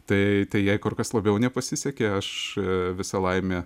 tai tai jai kur kas labiau nepasisekė aš visa laimė